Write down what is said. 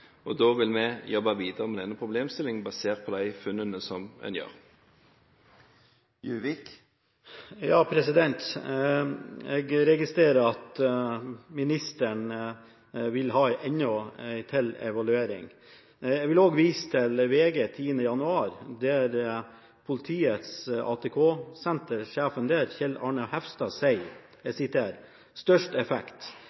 og da vil vi jobbe videre med denne problemstillingen basert på de funnene som en gjør. Jeg registrerer at ministeren vil ha enda en evaluering. Jeg vil også vise til VG 10. januar, der sjefen ved politiets ATK-senter, Kjell Arne Hestad, sier